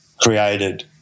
created